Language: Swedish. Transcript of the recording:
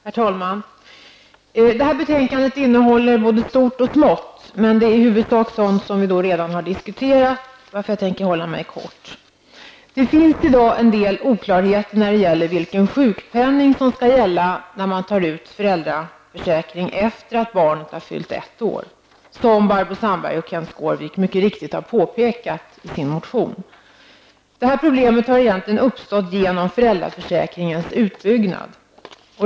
Herr talman! Det här betänkandet innehåller både stort och smått, men det är i huvudsak sådant som vi redan har diskuterat, varför jag tänker vara kortfattad. Det finns i dag en del oklarheter när det gäller vilken sjukpenning som skall gälla när man tar ut föräldrapenning efter det att barnet har fyllt ett år, som Barbro Sandberg och Kenth Skårvik mycket riktigt har påpekat i sin motion. Detta problem har egentligen uppstått genom föräldraförsäkringens utbyggnad.